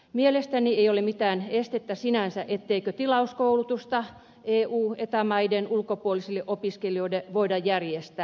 mielestäni ei ole mitään estettä sinänsä sille etteikö tilauskoulutusta eu ja eta maiden ulkopuolisille opiskelijoille voida järjestää